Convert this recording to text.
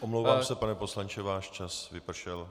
Omlouvám se, pane poslanče, váš čas vypršel.